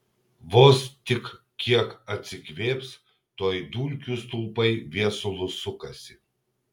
vos tik kiek atsikvėps tuoj dulkių stulpai viesulu sukasi